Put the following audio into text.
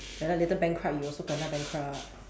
ya lah later bankrupt you also kena bankrupt